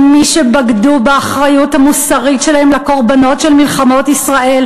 של מי שבגדו באחריות המוסרית שלהם לקורבנות של מלחמות ישראל